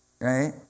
Right